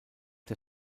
der